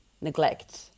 neglect